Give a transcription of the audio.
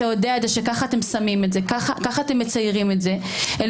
אתה יודע שכך אתם שמים את זה וכך אתם מציירים את זה אל